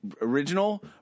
original